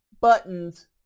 buttons